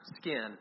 skin